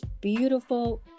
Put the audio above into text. beautiful